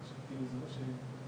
יש את תקן